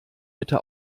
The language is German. bitte